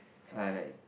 alright